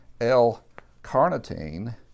L-carnitine